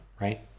right